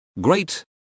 great